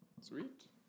Sweet